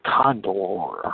Condor